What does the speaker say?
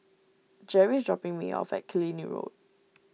Gerry is dropping me off at Killiney Road